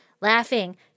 laughing